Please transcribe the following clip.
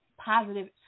positive